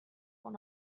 will